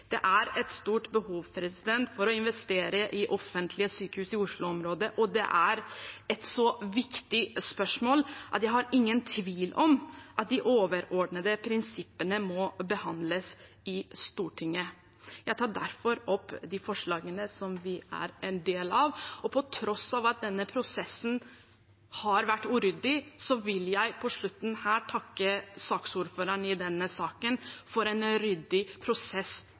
Det er et stort behov for å investere i offentlige sykehus i Oslo-området. Det er et så viktig spørsmål at det ikke er noen tvil om at de overordnede prinsippene må behandles i Stortinget. Derfor er vi med på forslagene. På tross av at denne prosessen har vært uryddig, vil jeg på slutten her takke saksordføreren for en ryddig prosess i behandlingen av denne saken.